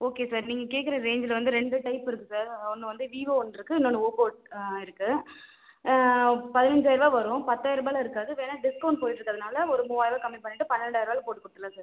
okay sir நீங்கள் கேட்குற ரேஞ்ச்சில் வந்து ரெண்டு டைப் இருக்குது சார் ஒன்று வந்து விவோ ஒன்றிருக்கு இன்னொன்று ஓப்போ இருக் இருக்குது பதினஞ்சாயிரம் ருபா வரும் பத்தாயிரம் ருபாயில் இருக்காது வேணால் டிஸ்கௌண்ட் போய்கிட்ருக்கறதுனால ஒரு மூவாயிரம் ருபா கம்மி பண்ணிட்டு பன்னெண்டாயிரம் ருபால போட்டு கொடுத்துட்லாம் சார்